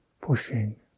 pushing